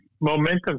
momentum